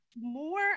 more